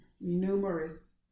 numerous